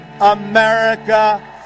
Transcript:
America